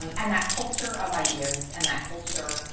and that culture of ideas and that culture,